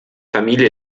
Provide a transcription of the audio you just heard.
familie